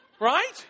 right